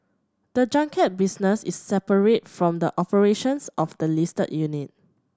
the junket business is separate from the operations of the listed unit